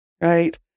right